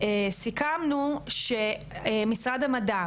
סכמנו שמשרד המדע,